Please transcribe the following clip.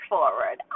Forward